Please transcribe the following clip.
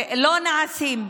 נעשים.